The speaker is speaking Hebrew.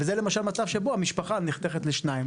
וזה למשל מצב שבו המשפחה נחתכת לשניים.